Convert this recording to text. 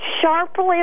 sharply